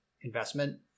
investment